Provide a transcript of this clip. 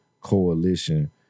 coalition